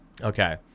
okay